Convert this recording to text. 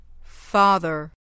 Father